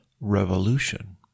Revolution